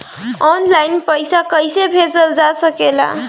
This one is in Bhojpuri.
आन लाईन पईसा कईसे भेजल जा सेकला?